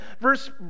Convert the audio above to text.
verse